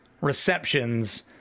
receptions